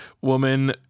woman